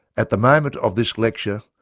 at the moment of this lecture,